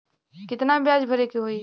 कितना ब्याज भरे के होई?